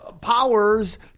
powers